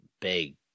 big